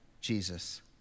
Jesus